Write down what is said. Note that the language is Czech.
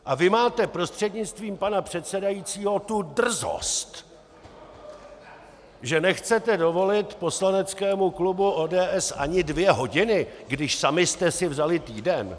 A vy máte, prostřednictvím pana předsedajícího, tu drzost, že nechcete dovolit poslaneckému klubu ODS ani dvě hodiny, když sami jste si vzali týden?